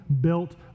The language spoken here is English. built